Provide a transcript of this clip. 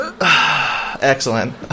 Excellent